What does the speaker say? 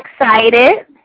excited